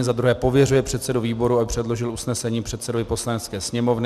II. pověřuje předsedu výboru, aby předložil usnesení předsedovi Poslanecké sněmovny;